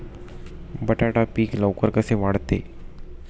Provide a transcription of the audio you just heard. बटाटा पीक लवकर कसे वाढते?